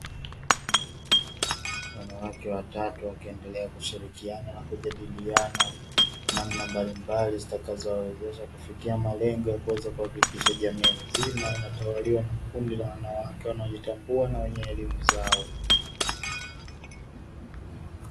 Wanawake watatu wakiendelea kushirikiana na kujadiliana namna mbalimbali zitakazo wawezesha kufikia malengo ya kuweza kuhakikisha jamii nzima inatawaliwa na kundi la wanawake wanaojitambua na wenye elimu zao.